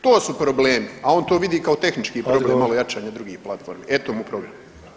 To su problemi a on to vidi kao tehnički problem malo jače od drugih platformi, eto mu program.